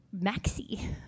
maxi